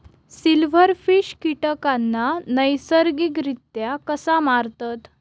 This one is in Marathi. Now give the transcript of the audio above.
सिल्व्हरफिश कीटकांना नैसर्गिकरित्या कसा मारतत?